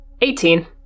Eighteen